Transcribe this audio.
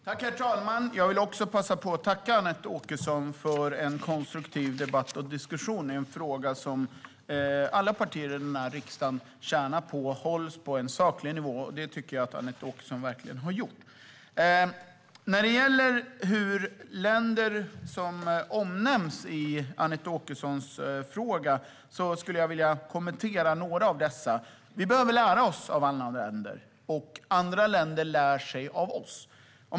Herr talman! Jag vill passa på att tacka Anette Åkesson för en konstruktiv debatt och diskussion. Alla partier i riksdagen tjänar på att debatten hålls på en saklig nivå i denna fråga, och det tycker jag att Anette Åkesson har lyckats med. När det gäller de länder som omnämns i Anette Åkessons interpellation skulle jag vilja ge några kommentarer. Vi behöver lära oss av andra länder, och andra länder lär sig av oss.